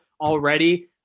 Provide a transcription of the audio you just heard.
already